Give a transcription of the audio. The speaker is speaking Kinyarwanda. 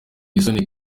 isoni